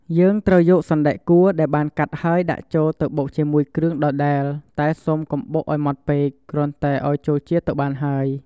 យើងត្រូវយកសណ្ដែកគួរ ដែលបានកាត់ហើយដាក់ចូលទៅបុកជាមួយគ្រឿងដដែល តែសូមកុំបុកឱ្យម៉ដ្ឋពេក គ្រាន់តែឱ្យចូលជាតិទៅបានហើយ។